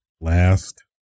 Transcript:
last